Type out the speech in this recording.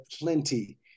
plenty